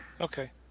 Okay